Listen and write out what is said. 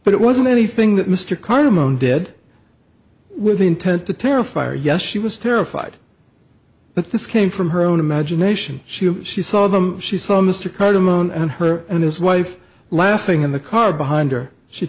but it wasn't anything that mr carter moaned did with intent to terrify or yes she was terrified but this came from her own imagination she she saw them she saw mr carden alone and her and his wife laughing in the car behind her she